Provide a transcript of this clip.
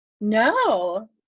No